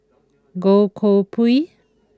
Goh Koh Pui